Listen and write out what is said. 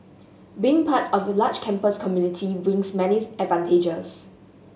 being part of a large campus community brings many advantages